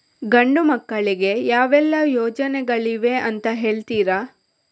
ಗಂಡು ಮಕ್ಕಳಿಗೆ ಯಾವೆಲ್ಲಾ ಯೋಜನೆಗಳಿವೆ ಅಂತ ಹೇಳ್ತೀರಾ?